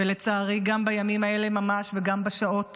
ולצערי גם בימים האלה ממש וגם בשעות